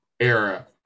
era